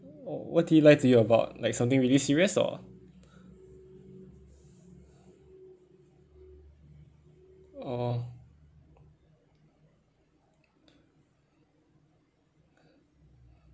w~ what did he lie to you about like something really serious or orh